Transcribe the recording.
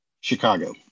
Chicago